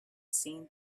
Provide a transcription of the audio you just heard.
seen